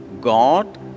God